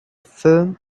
film